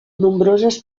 nombroses